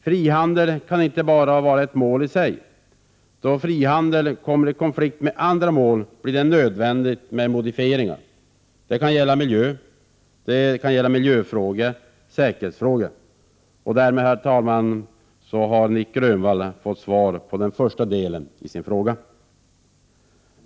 Frihandel kan inte bara vara ett mål i sig. Då frihandeln kommer i konflikt med andra mål, blir det nödvändigt med modifieringar. Det kan gälla miljöfrågor, och det kan gälla säkerhetsfrågor. Och därmed, herr talman, har Nic Grönvall fått svar på den första delen i sin fråga.